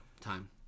time